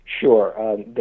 Sure